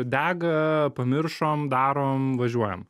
dega pamiršom darom važiuojam